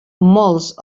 molts